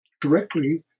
directly